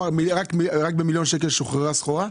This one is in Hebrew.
רק במיליון שקל שוחררה סחורה?